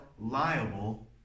liable